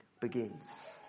begins